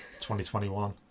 2021